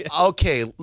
Okay